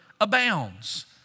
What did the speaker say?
abounds